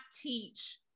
teach